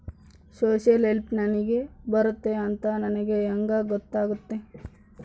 Social help ನನಗೆ ಬರುತ್ತೆ ಅಂತ ನನಗೆ ಹೆಂಗ ಗೊತ್ತಾಗುತ್ತೆ?